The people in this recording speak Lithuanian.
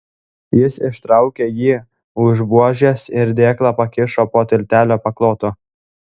jis ištraukė jį už buožės ir dėklą pakišo po tiltelio paklotu